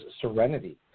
serenity